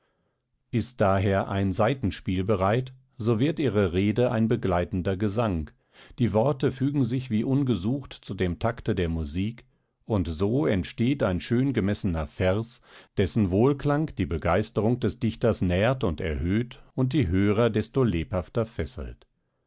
ist daher ein saitenspiel bereit so wird ihre rede ein begleitender gesang die worte fügen sich wie ungesucht zu dem takte der musik und so entsteht ein schöngemessener vers dessen wohlklang die begeisterung des dichters nährt und erhöht und die hörer desto lebhafter fesselt